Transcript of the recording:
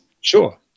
Sure